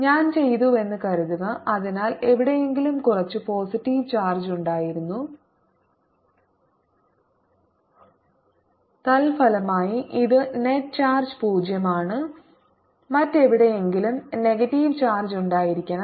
ഞാൻ ചെയ്തുവെന്ന് കരുതുക അതിനാൽ എവിടെയെങ്കിലും കുറച്ച് പോസിറ്റീവ് ചാർജ് ഉണ്ടായിരുന്നു തൽഫലമായി ഇത് നെറ്റ് ചാർജ് 0 ആണ് മറ്റെവിടെയെങ്കിലും നെഗറ്റീവ് ചാർജ് ഉണ്ടായിരിക്കണം